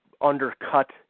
undercut